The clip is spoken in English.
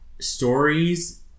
stories